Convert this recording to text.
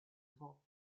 default